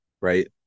right